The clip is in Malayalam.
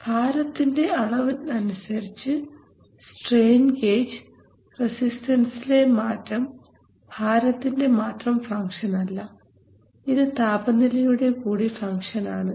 ഭാരത്തിൻറെ അളവിനനുസരിച്ച് സ്ട്രെയിൻ ഗേജ് റെസിസ്റ്റൻസ്സിലെ മാറ്റം ഭാരത്തിൻറെ മാത്രം ഫംഗ്ഷൻ അല്ല ഇത് താപനിലയുടെ കൂടി ഫംഗ്ഷൻ ആണ്